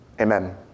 Amen